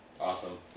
Awesome